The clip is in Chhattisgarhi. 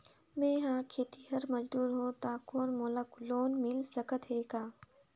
मैं खेतिहर मजदूर हों ता कौन मोला लोन मिल सकत हे का?